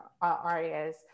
arias